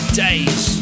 days